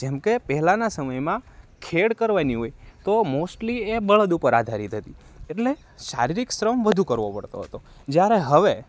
જેમકે પહેલાના સમયમાં ખેડ કરવાની હોય તો મોસ્ટલી એ બળદ ઉપર આધારિત હતી એટલે શારીરિક શ્રમ વધુ કરવો પડતો હતો જ્યારે હવે